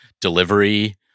delivery